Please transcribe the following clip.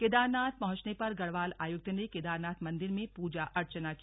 केदारनाथ पहुंचने पर गढ़वाल आयुक्त ने केदारनाथ मंदिर में पूजा अर्चना की